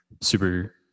super